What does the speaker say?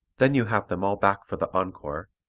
then you have them all back for the encore,